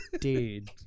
Dude